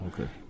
Okay